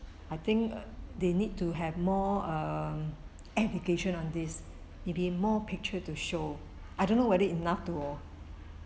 I think they need to have more err application on this it'll be more picture to show I don't know whether enough to